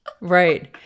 Right